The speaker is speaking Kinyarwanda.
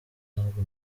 karrueche